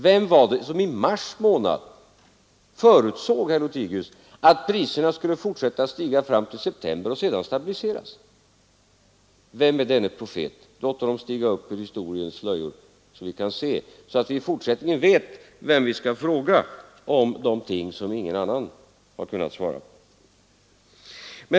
Vem var det som i mars månad förutsåg att priserna skulle stiga fram till september och sedan stabiliseras? Vem är denna profet? Låt honom stiga upp ur historiens slöjor, så att vi i fortsättningen vet vem vi skall fråga om någonting som ingen annan har kunnat svara på!